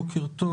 בוקר טוב